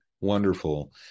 Wonderful